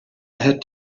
had